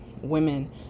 women